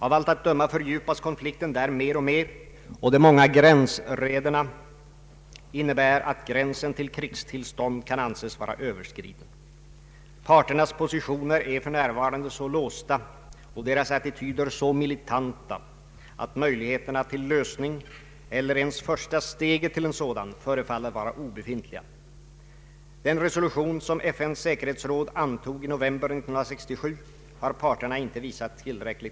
Av allt att döma fördjupas konflikten där mer och mer, och de många gränsraiderna innebär att gränsen till krigstillstånd kan anses vara överskriden. Parternas positioner är för närvarande så låsta och deras attityder så militanta att möjligheterna till lösning — eller ens första steget till en sådan — förefaller vara obefintliga. Den resolution som FN:s säkerhetsråd antog i november 1967 har parterna inte visat tillräck Ang.